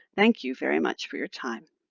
thank you very much, for your time.